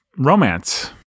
romance